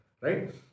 Right